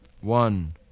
One